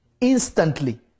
Instantly